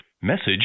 message